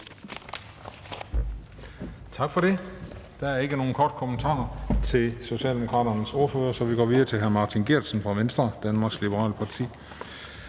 Tak for det. Der er ikke nogen korte bemærkninger til Socialdemokraternes ordfører. Så vi går videre til hr. Martin Geertsen fra Venstre, Danmarks Liberale Parti.